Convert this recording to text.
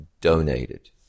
donated